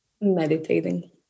meditating